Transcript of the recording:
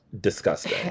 disgusting